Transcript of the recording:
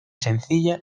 sencilla